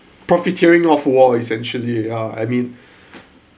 profiteering off war essentially ya I mean